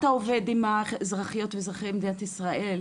אתה עובד עם אזרחי ואזרחיות מדינת ישראל,